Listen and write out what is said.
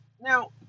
Now